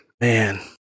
man